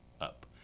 up